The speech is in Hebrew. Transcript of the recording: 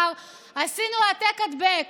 עשינו העתק-הדבק